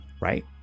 right